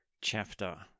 chapter